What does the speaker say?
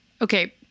okay